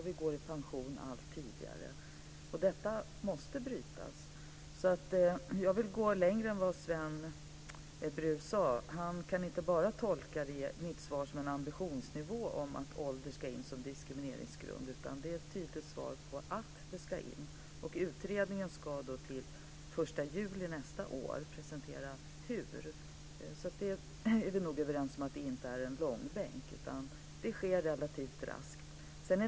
Vi går i pension allt tidigare. Detta måste brytas. Jag vill därför gå längre än vad Sven Brus sade. Han kan tolka mitt svar inte bara som en ambitionsnivå när det gäller att ålder ska in som diskrimineringsgrund, utan också som att det är tydligt att detta ska in. Utredningen ska till den 1 juli nästa år presentera hur. Således är vi nog överens om att det inte handlar om långbänk, utan det här sker relativt raskt.